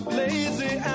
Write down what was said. lazy